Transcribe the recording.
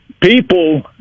people